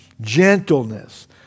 gentleness